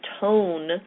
tone